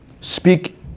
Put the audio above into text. speak